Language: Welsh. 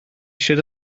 eisiau